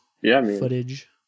footage